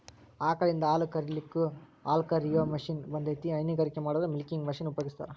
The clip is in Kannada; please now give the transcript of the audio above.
ಆಕಳಿಂದ ಹಾಲ್ ಕರಿಲಿಕ್ಕೂ ಹಾಲ್ಕ ರಿಯೋ ಮಷೇನ್ ಬಂದೇತಿ ಹೈನಗಾರಿಕೆ ಮಾಡೋರು ಮಿಲ್ಕಿಂಗ್ ಮಷೇನ್ ಉಪಯೋಗಸ್ತಾರ